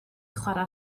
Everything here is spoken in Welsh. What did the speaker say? chwarae